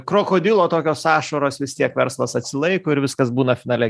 krokodilo tokios ašaros vis tiek verslas atsilaiko ir viskas būna finale